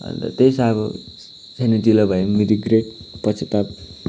अहिले त त्यही छ अब सानो तिनो भए पनि रिग्रेट पश्चताप